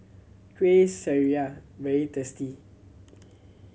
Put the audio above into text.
Kuih Syara very tasty